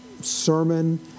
sermon